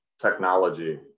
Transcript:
technology